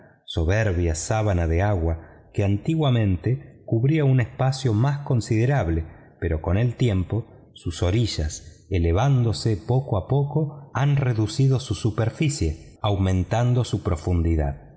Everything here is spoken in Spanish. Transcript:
soberbia sábana blanca de agua que antiguamente cubría un espacio más considerable pero con el tiempo sus orillas elevándose poco a poco han reducido su superficie aumentando su profundidad